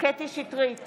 קטי קטרין